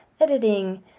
editing